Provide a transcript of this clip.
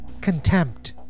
Contempt